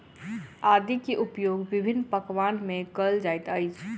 आदी के उपयोग विभिन्न पकवान में कएल जाइत अछि